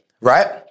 right